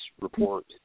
report